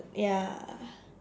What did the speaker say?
ya